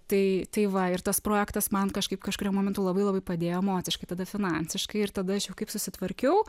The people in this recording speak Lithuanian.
tai tai va ir tas projektas man kažkaip kažkuriuo momentu labai labai padėjo emociškai tada finansiškai ir tada aš jau kaip susitvarkiau